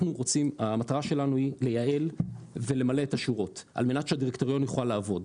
המטרה שלנו היא לייעל ולמלא את השורות על מנת שהדירקטוריון יוכל לעבוד.